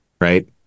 right